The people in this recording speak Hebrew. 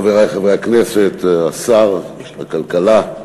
חברי חברי הכנסת, השר של הכלכלה,